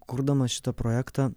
kurdamas šitą projektą